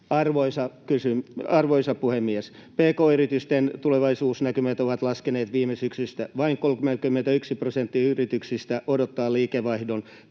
Arvoisa puhemies! Pk-yritysten tulevaisuusnäkymät ovat laskeneet viime syksystä. Vain 31 prosenttia yrityksistä odottaa liikevaihdon